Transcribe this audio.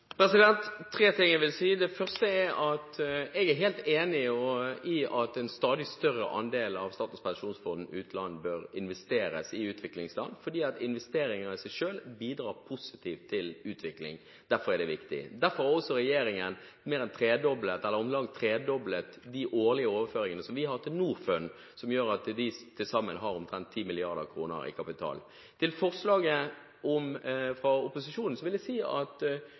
at en stadig større andel av Statens pensjonsfond utland bør investeres i utviklingsland, for investeringer bidrar i seg selv positivt til utvikling. Derfor er det viktig. Derfor har også regjeringen om lag tredoblet de årlige overføringene vi har til Norfund, noe som gjør at de til sammen har omtrent 10 mrd. kr i kapital. Til merknaden fra opposisjonen: Hvis vi først skulle gjøre det, lage et sånt fond, vil jeg si at